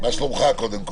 מה שלומך קודם כל?